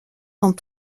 sont